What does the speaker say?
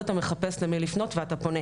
אז אתה מחפש למי לפנות ואתה פונה.